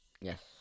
Yes